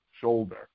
shoulder